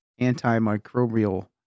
Antimicrobial